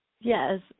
yes